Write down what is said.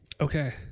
Okay